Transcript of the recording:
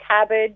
cabbage